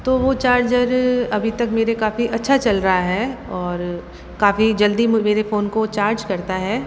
तो वो चार्जर अभी तक मेरे काफ़ी अच्छा चल रहा है और काफ़ी जल्दी मेरे फ़ोन को चार्ज करता है